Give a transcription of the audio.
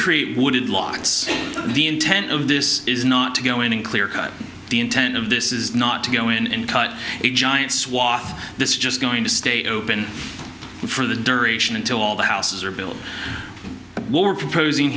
create wooded logs the intent of this is not to go in and clear cut the intent of this is not to go in and cut a giant swath this is just going to stay open for the duration until all the houses are built what we're proposing